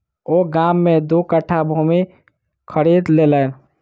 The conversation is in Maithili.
ओ गाम में दू कट्ठा भूमि खरीद लेलैन